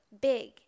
big